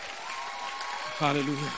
Hallelujah